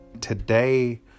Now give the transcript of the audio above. today